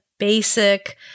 basic